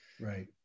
Right